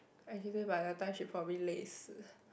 I by the time she probably 累死